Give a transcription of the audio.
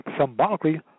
symbolically